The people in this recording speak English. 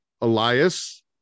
Elias